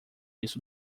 isso